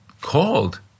called